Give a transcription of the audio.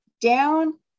down